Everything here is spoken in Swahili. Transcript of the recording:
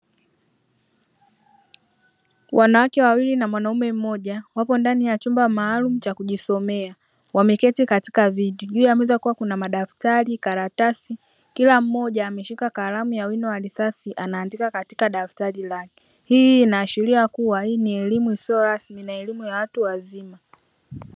Wanawake wawili na mwanaume mmoja wapo ndani ya chumba maalumu cha kujisomea wameketi katika viti, juu ya meza kukiwa kuna: madaftari, karatasi; kila mmoja ameshika kalamu ya wino wa risasi anaandika katika daftari lake. Hii inaashiria kuwa hii ni elimu isiyo rasmi na elimu ya watu wazima.